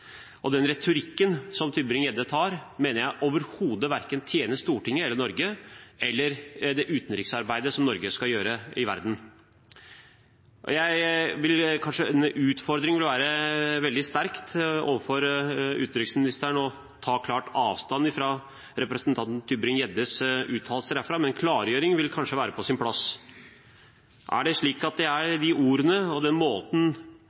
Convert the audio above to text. Den retorikken som Tybring-Gjedde har, mener jeg overhodet ikke tjener verken Stortinget eller Norge eller det utenriksarbeidet som Norge skal gjøre i verden. En utfordring vil være veldig sterkt overfor utenriksministeren å ta klart avstand fra representanten Tybring-Gjeddes uttalelser herfra, men en klargjøring vil kanskje være på sin plass: Er det slik at det er med de ordene og den måten